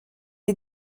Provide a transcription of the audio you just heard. est